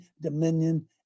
dominion